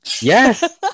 Yes